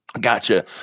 Gotcha